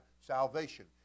salvation